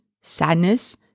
sadness